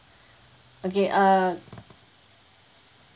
okay uh